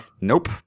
nope